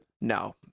No